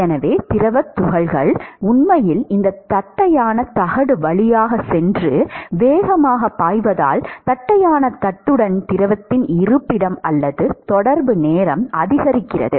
எனவே திரவத் துகள்கள் உண்மையில் இந்த தட்டையான தகடு வழியாகச் சென்று வேகமாகப் பாய்வதால் தட்டையான தட்டுடன் திரவத்தின் இருப்பிடம் அல்லது தொடர்பு நேரம் அதிகரிக்கிறது